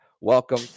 welcome